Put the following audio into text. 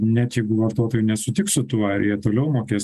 net jeigu vartotojai nesutiks su tuo ar jie toliau mokės